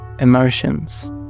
Emotions